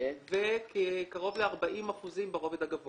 וקרוב ל-40% ברובד הגבוה.